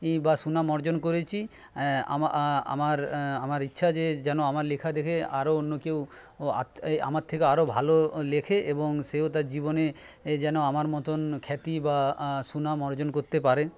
বা সুনাম অর্জন করেছি আমার ইচ্ছা যে যেন আমার লেখা দেখে আরও অন্য কেউ আমার থেকে আরও ভালো লেখে এবং সেও তার জীবনে যেন আমার মতন খ্যাতি বা সুনাম অর্জন করতে পারে